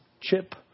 chip